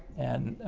and,